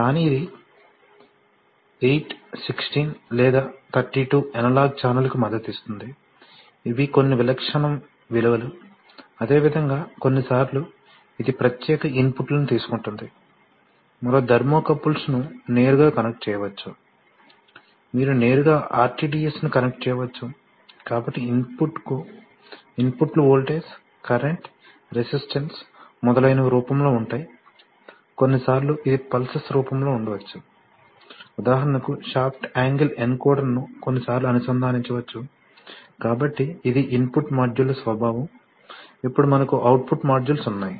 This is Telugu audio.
కానీ ఇది 8 16 లేదా 32 అనలాగ్ ఛానెల్కు మద్దతు ఇస్తుంది ఇవి కొన్ని విలక్షణ విలువలు అదేవిధంగా కొన్నిసార్లు ఇది ప్రత్యేక ఇన్పుట్లను తీసుకుంటుంది మీరు థర్మోకపుల్స్ను నేరుగా కనెక్ట్ చేయవచ్చు మీరు నేరుగా RTDS ని కనెక్ట్ చేయవచ్చు కాబట్టి ఇన్పుట్లు వోల్టేజ్ కరెంట్ రెసిస్టెన్స్ మొదలైనవి రూపంలో ఉంటాయి కొన్నిసార్లు ఇది పల్సెస్ రూపంలో ఉండవచ్చు ఉదాహరణకు షాఫ్ట్ యాంగిల్ ఎన్కోడర్ను కొన్నిసార్లు అనుసంధానించవచ్చు కాబట్టి ఇది ఇన్పుట్ మాడ్యూళ్ల స్వభావం ఇప్పుడు మనకు అవుట్పుట్ మాడ్యూల్స్ ఉన్నాయి